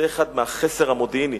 זה אחד מהחסר המודיעיני,